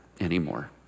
anymore